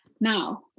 Now